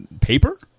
paper